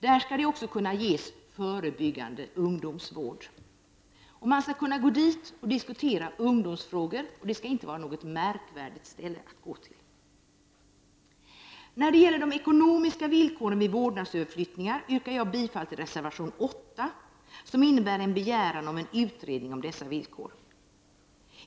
Där skall också ges förebyggande ungdomsvård. Där skall man kunna diskutera ungdomsfrågor, och det skall inte vara några märkvärdiga ställen att gå till. När det gäller de ekonomiska villkoren vid vårdnadsöverflyttningar yrkar jag bifall till reservation 8, som innebär en begäran om en utredning om dessa villkor.